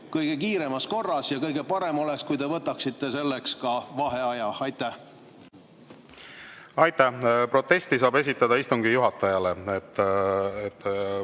kõige kiiremas korras. Kõige parem oleks, kui te võtaksite selleks vaheaja. Aitäh! Protesti saab esitada istungi juhatajale.